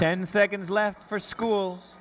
en seconds left for schools